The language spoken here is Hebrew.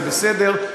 זה בסדר.